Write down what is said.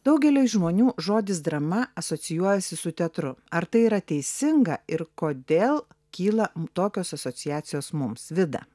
daugeliui žmonių žodis drama asocijuojasi su teatru ar tai yra teisinga ir kodėl kyla tokios asociacijos mums vida